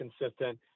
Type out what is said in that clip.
consistent